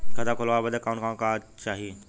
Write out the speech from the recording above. खाता खोलवावे बादे कवन कवन कागज चाही?